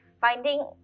finding